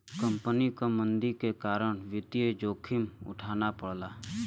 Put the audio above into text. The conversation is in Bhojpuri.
कंपनी क मंदी के कारण वित्तीय जोखिम उठाना पड़ला